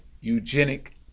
eugenic